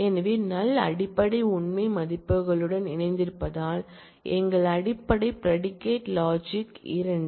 எனவே நல் அடிப்படை உண்மை மதிப்புகளுடன் இணைந்திருப்பதால் எங்கள் அடிப்படை ப்ரெடிகேட் லாஜிக் 2